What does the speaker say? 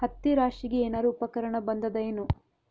ಹತ್ತಿ ರಾಶಿಗಿ ಏನಾರು ಉಪಕರಣ ಬಂದದ ಏನು?